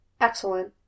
Excellent